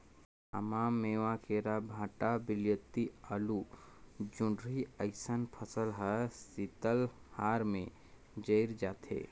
आमा, मेवां, केरा, भंटा, वियलती, आलु, जोढंरी अइसन फसल हर शीतलहार में जइर जाथे